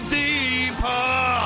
deeper